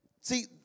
See